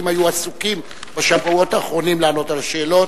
גורמי השב"כ הולכים ומקיימים דיון מחוץ לכותלי הכנסת במקום אחר,